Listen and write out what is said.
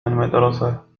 المدرسة